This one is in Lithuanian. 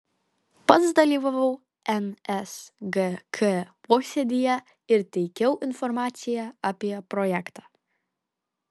pats dalyvavau nsgk posėdyje ir teikiau informaciją apie projektą